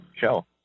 show